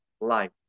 life